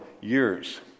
years